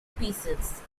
pieces